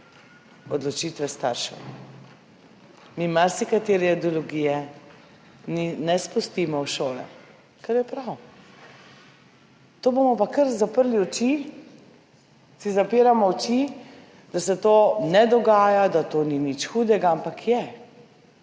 odločitve staršev. Mi marsikatere ideologije ne spustimo v šolo, kar je prav. Tu bomo pa kar zaprli oči, zapiramo si oči, da se to ne dogaja, da to ni nič hudega, ampak je.